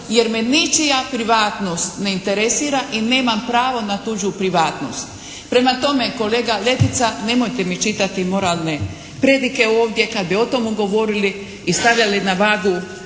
jer me ničija privatnost ne interesira i nemam pravo na tuđu privatnost. Prema tome kolega Letica nemojte mi čitati moralne predike. Kad bi o tome govorili i stavljali na vagu